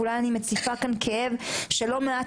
ואולי אני מציפה כאן כאב של לא מעט